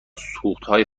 سوختهای